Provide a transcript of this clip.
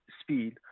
speed